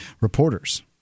reporters